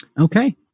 Okay